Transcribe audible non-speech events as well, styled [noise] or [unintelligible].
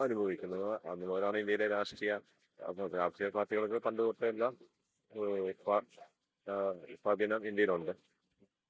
അനുഭവിക്കുന്നത് അതുപോലെയാണ് ഇന്ത്യയിലെ രാഷ്ട്രീയ രാഷ്ട്രീയ പാർട്ടികൾക്ക് പണ്ട് തൊട്ടേ എല്ലാം [unintelligible] ഇന്ത്യയിൽ ഉണ്ട്